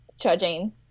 judging